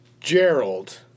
Gerald